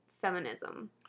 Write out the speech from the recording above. feminism